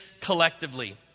collectively